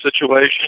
situation